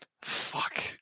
Fuck